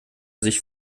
sich